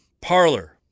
Parlor